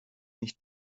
nicht